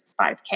5k